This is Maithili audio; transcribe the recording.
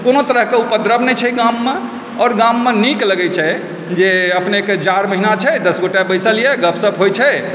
कोनो तरहक उपद्रव नहि छै गाममे आओर गाममे नीक लागै छै जे अपनेके जाड़ अहिना छै दस गोटा बैसल यऽ गपशप होइ छै